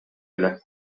эле